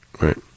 Right